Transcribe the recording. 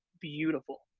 beautiful